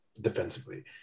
defensively